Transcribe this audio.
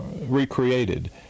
recreated